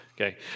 Okay